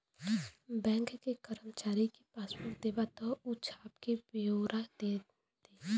bank के करमचारी के पासबुक देबा त ऊ छाप क बेओरा दे देई